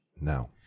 now